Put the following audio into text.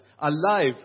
alive